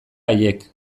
haiek